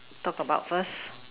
talk about first